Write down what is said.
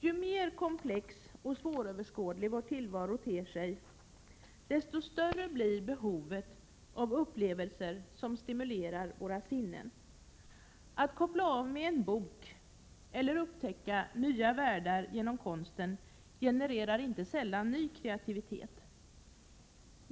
Ju mer komplex och svåröverskådlig vår tillvaro ter sig, desto större blir behovet av upplevelser som stimulerar våra sinnen. Att koppla av med en bok eller upptäcka nya världar genom konsten genererar inte sällan ny kreativitet.